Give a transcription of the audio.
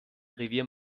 revier